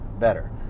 better